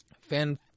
Fan